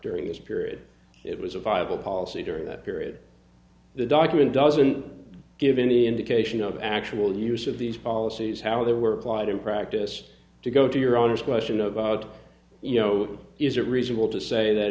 during this period it was a viable policy during that period the document doesn't give any indication of actual use of these policies how they were quite in practice to go to your honor's question of you know is it reasonable to say that